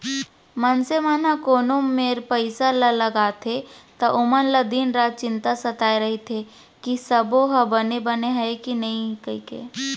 मनसे मन ह कोनो मेर पइसा ल लगाथे त ओमन ल दिन रात चिंता सताय रइथे कि सबो ह बने बने हय कि नइए कइके